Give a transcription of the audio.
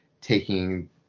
taking